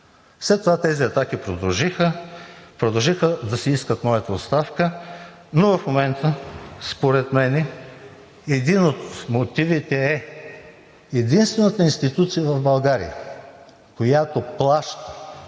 След това тези атаки продължиха. Продължиха да искат моята оставка, но в момента според мен един от мотивите е: единствената институция в България, която плаща,